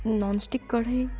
non-stick କଢ଼େଇ